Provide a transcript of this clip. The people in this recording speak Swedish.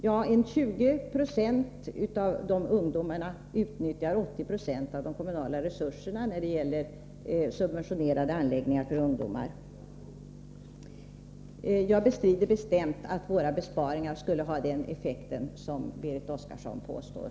Ja, ca 20 26 av de ungdomarna utnyttjar 80 26 av de kommunala resurserna när det gäller subventionerade anläggningar för ungdomar. Jag bestrider bestämt att våra besparingar skulle ha den effekt som Berit Oscarsson påstår.